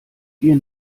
dir